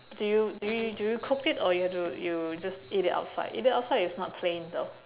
do you do you do you cook it or you have to you just eat it outside eat it outside is not plain though